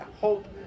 hope